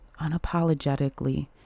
unapologetically